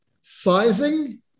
sizing